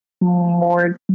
more